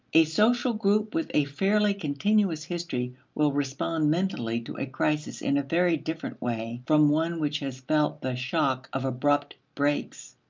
a social group with a fairly continuous history will respond mentally to a crisis in a very different way from one which has felt the shock of abrupt breaks.